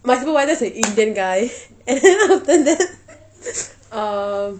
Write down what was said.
my supervisor's an indian guy and then after that um